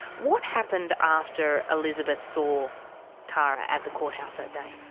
what happened after elizabeth saw tara at the courthouse that day?